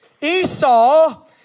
Esau